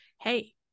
hey